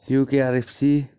UKRFC